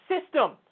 system